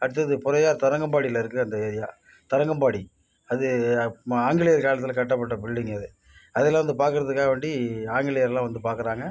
அடுத்தது பொறையார் தரங்கம்பாடியில் இருக்குது அந்த ஏரியா தரங்கம்பாடி அது ம ஆங்கிலேயர் காலத்தில் கட்டப்பட்ட பில்டிங்கு அது அதில் வந்து பார்க்கறதுக்காக வேண்டி ஆங்கிலேயர்லாம் வந்து பார்க்குறாங்க